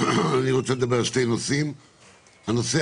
אין כמעט